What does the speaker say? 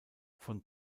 von